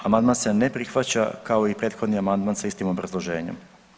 Amandman se ne prihvaća kao i prethodni amandman sa istim obrazloženjem.